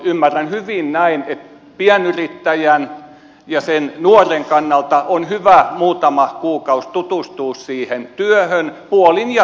ymmärrän hyvin näin että pienyrittäjän ja sen nuoren kannalta on hyvä muutama kuukausi tutustua siihen työhön puolin ja toisin